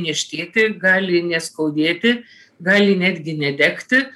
niežtėti gali neskaudėti gali netgi nedegti